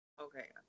Okay